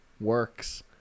works